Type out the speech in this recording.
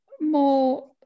more